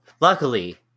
Luckily